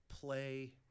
play